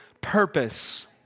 purpose